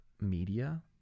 media